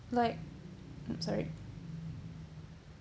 like mm sorry